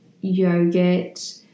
yogurt